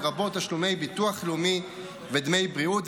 לרבות תשלומי ביטוח לאומי ודמי בריאות.